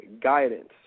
guidance